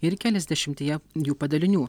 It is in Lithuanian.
ir keliasdešimtyje jų padalinių